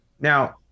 Now